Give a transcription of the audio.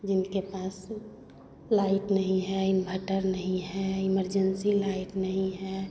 जिनके पास लाइट नहीं है इंव्हटर नहीं है इमरजेन्सी लाइट नहीं है